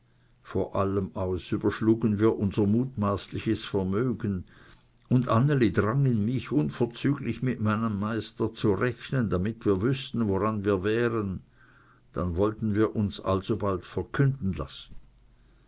vor allem aus überschlugen wir unser mutmaßliches vermögen und anneli drang in mich unverzüglich mit meinem meister zu rechnen damit wir wüßten woran wir wären dann wollten wir uns alsobald verkünden lassen